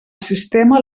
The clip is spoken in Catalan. sistema